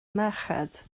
merched